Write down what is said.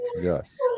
Yes